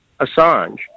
Assange